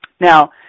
Now